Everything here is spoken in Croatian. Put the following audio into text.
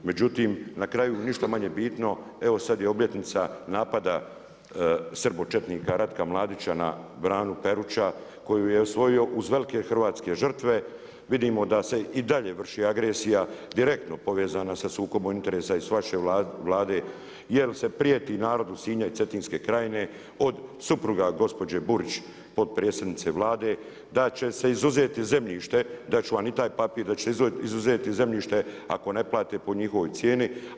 Međutim, na kraju ništa manje bitno, evo sad je obljetnica napada srbočetnika Ratka Mladića na Branu Peruča, koju je osvojio uz velike hrvatske žrtve, vidimo da se i dalje vrši agresija, direktno povezana sa sukoba interesa i sa vaše Vlade, jer se prijeti narodu Sinja i Cetinske krajine, od supruga gospođe Burić potpredsjednice Vlade, da će se oduzeti zemljište, dati ću vam i taj papir, da će se izuzeti zemljište ako ne plate po njihovoj cijeni.